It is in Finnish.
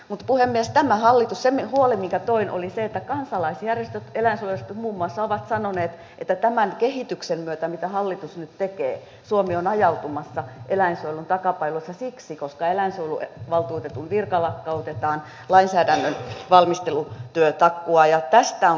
mutta puhemies se huoli minkä toin oli se että kansalaisjärjestöt eläinsuojelusta muun muassa ovat sanoneet että tämän kehityksen myötä mitä hallitus nyt tekee suomi on ajautumassa eläinsuojelun takapajulaksi siksi koska eläinsuojeluvaltuutetun virka lakkautetaan lainsäädännön valmistelutyö takkuaa ja tästä on kysymys